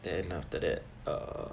then after that err